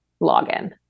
login